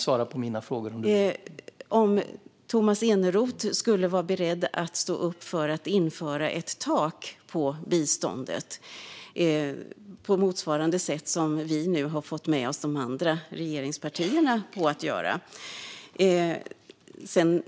Skulle Tomas Eneroth vara beredd att införa ett tak på biståndet på motsvarande sätt som vi nu har fått med oss de andra regeringspartierna på att göra?